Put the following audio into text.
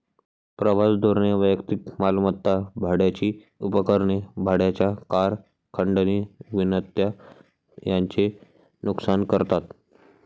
प्रवास धोरणे वैयक्तिक मालमत्ता, भाड्याची उपकरणे, भाड्याच्या कार, खंडणी विनंत्या यांचे नुकसान करतात